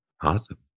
Awesome